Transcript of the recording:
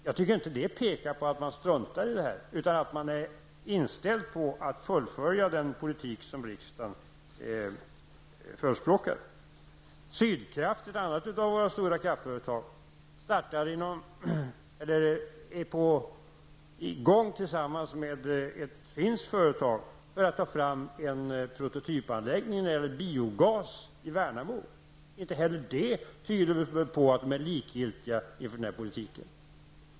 Jag anser inte att detta pekar på att man struntar i avvecklingen, utan man är inställd på att genomföra den politik som riksdagen förespråkar. Sydkraft, ett annat av vår stora kraftföretag, har tillsammans med ett finskt företag startat ett projekt för att ta fram en prototypanläggning för biogas i Värnamo. Inte heller det tyder på att kraftindustrin är likgiltig inför denna politik.